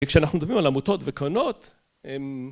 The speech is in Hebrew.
וכשאנחנו מדברים על עמותות וקרנות